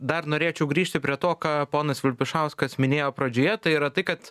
dar norėčiau grįžti prie to ką ponas vilpišauskas minėjo pradžioje tai yra tai kad